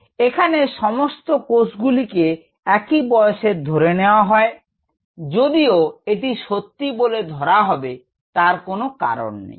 𝑟𝑥 এখানে সমস্ত কোষগুলিকে একই বয়সের ধরে নেয়া হয় যদিও এটি সত্যি বলে ধরা হবে তার কোনো কারণ নেই